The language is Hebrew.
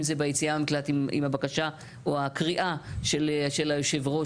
אם זה ביציאה מהמקלט עם הבקשה או הקריאה של היושב-ראש